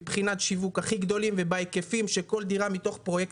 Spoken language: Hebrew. מבחינת השיווק הכי גדולים ובהיקפים של כל דירה מתוך פרויקט,